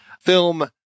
film